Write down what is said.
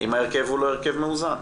אם ההרכב הוא לא הרכב מאוזן?